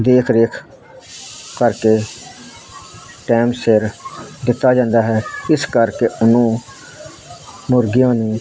ਦੇਖ ਰੇਖ ਕਰਕੇ ਟਾਈਮ ਸਿਰ ਦਿੱਤਾ ਜਾਂਦਾ ਹੈ ਇਸ ਕਰਕੇ ਉਹਨੂੰ ਮੁਰਗਿਆਂ ਨੂੰ